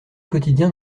quotidien